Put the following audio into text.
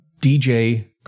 DJ